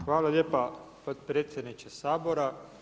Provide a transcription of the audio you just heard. Hvala lijepa potpredsjedniče Sabora.